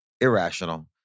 irrational